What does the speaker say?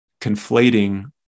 conflating